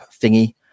thingy